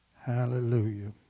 Hallelujah